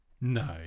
no